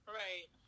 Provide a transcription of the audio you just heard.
right